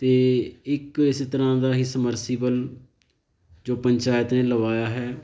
ਅਤੇ ਇੱਕ ਇਸ ਤਰ੍ਹਾਂ ਦਾ ਹੀ ਸਮਰਸੀਬਲ ਜੋ ਪੰਚਾਇਤ ਨੇ ਲਗਵਾਇਆ ਹੈ